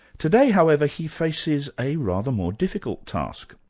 today however, he faces a rather more difficult task.